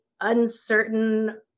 uncertain